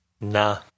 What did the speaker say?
nah